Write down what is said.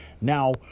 Now